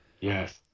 Yes